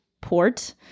port